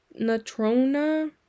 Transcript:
Natrona